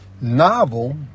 novel